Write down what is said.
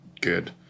good